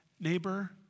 neighbor